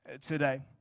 today